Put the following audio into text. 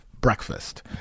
breakfast